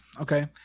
Okay